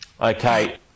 okay